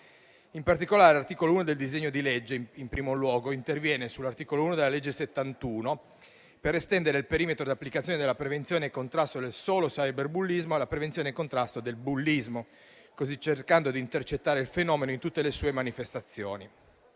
In particolare, l'articolo 1 del disegno di legge in primo luogo interviene sull'articolo 1 della citata legge n. 71, per estendere il perimetro di applicazione della prevenzione e contrasto del solo cyberbullismo alla prevenzione e contrasto del bullismo, così cercando di intercettare il fenomeno in tutte le sue manifestazioni.